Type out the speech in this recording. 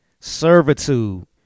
Servitude